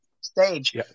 stage